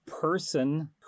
person